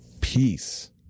peace